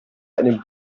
einem